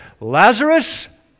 Lazarus